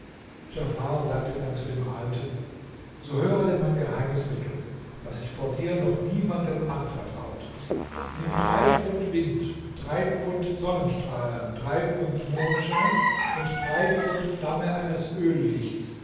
sagte dann zu dem alten so höre denn mein geheimes mittel das ich vor dir noch niemandem anvertraut nimm drei pfund wind drei pfund sonnenstrahlen drei pfund mondschein und drei pfund flamme eines öllichts